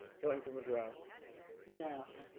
going from a drought yes